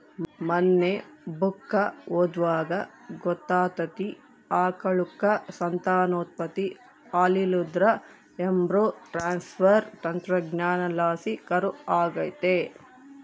ಮನ್ನೆ ಬುಕ್ಕ ಓದ್ವಾಗ ಗೊತ್ತಾತಿ, ಆಕಳುಕ್ಕ ಸಂತಾನೋತ್ಪತ್ತಿ ಆಲಿಲ್ಲುದ್ರ ಎಂಬ್ರೋ ಟ್ರಾನ್ಸ್ಪರ್ ತಂತ್ರಜ್ಞಾನಲಾಸಿ ಕರು ಆಗತ್ತೆ